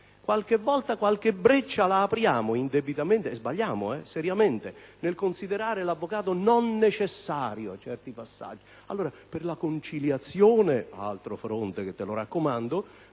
Talvolta qualche breccia la apriamo indebitamente - e sbagliamo - nel considerare l'avvocato non necessario in certi passaggi. Per la conciliazione - altro fronte che «te lo raccomando»